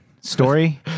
Story